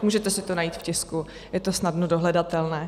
Můžete si to najít v tisku, je to snadno dohledatelné.